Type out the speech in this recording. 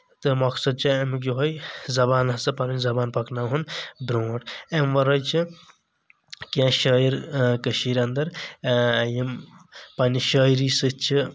تہٕ مقصد چھُ امیُک یِہوے زبان ہسا پنٔنۍ زبان پکناوہون برونٛٹھ أمہِ ورأے چھ کیٚنٛہہ شأیِر کٔشیٖرِ انٛدر یِمہٕ پننہِ شأعری سۭتۍ چھ